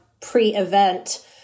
pre-event